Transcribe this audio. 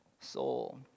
soul